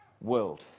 world